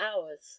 hours